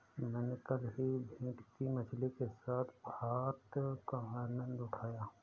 मैंने कल ही भेटकी मछली के साथ भात का आनंद उठाया